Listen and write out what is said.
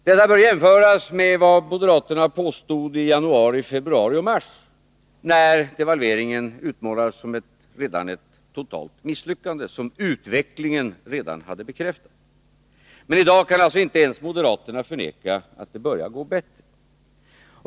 Detta bör jämföras med vad moderaterna påstod i januari, februari och mars, då devalveringen utmålades som ett totalt misslyckande, som utvecklingen redan hade bekräftat. Men i dag kan alltså inte ens moderaterna förneka att det börjar gå bättre.